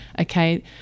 okay